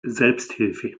selbsthilfe